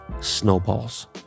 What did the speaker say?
snowballs